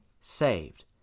saved